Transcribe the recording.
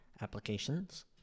applications